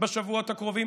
בשבועות הקרובים.